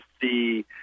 see